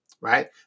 Right